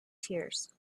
tears